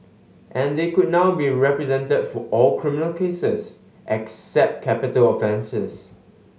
and they could now be represented for all criminal cases except capital offences